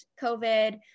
COVID